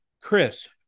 Chris